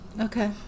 Okay